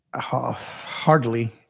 Hardly